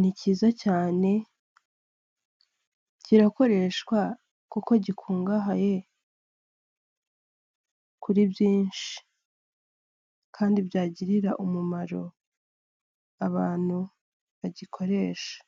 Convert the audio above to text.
ni kiza cyane kirakoreshwa ikungahaye kuri byinshi kandi byagirira umumaro abantu bagikoresha.